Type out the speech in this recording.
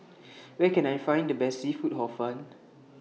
Where Can I Find The Best Seafood Hor Fun